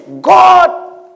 God